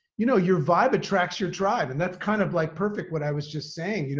you know, your vibe attracts your tribe and that's kind of like perfect. what i was just saying, you know,